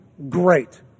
Great